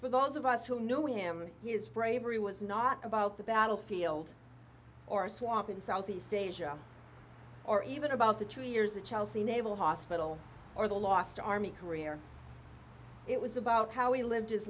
for those of us who know him his bravery was not about the battlefield or a swamp in southeast asia or even about the two years the chelsea naval hospital or the lost army career it was about how he lived